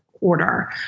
order